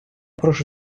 прошу